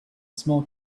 small